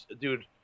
Dude